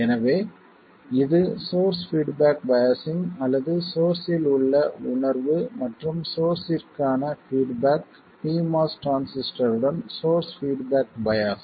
எனவே இது source feedback biasing அல்லது சோர்ஸ்ஸில் உள்ள உணர்வு மற்றும் சோர்ஸ்ஸிற்கான பீட்பேக் pMOS டிரான்சிஸ்டருடன் சோர்ஸ் பீட்பேக் பையாஸ்